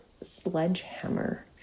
Sledgehammer